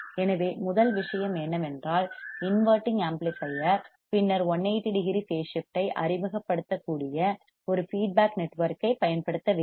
எனவே முதல் விஷயம் என்னவென்றால் இன்வெர்ட்டிங் ஆம்ப்ளிபையர் பின்னர் 180 டிகிரி பேஸ் ஸிப்ட் ஐ அறிமுகப்படுத்தக்கூடிய ஒரு ஃபீட்பேக் நெட்வொர்க்கைப் பயன்படுத்த வேண்டும்